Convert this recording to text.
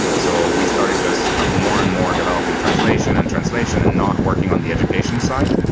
so we started just ah more and more developing translation and translation and not working on the education side.